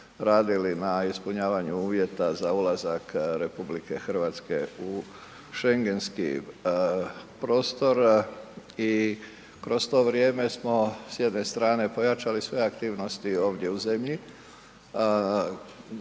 radili na ispunjavanju uvjeta za ulazak RH u schengenski prostor i kroz to vrijeme smo s jedne strane pojačali sve aktivnosti ovdje u zemlji,